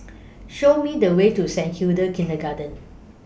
Show Me The Way to Saint Hilda's Kindergarten